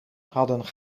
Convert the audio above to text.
hadden